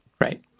Right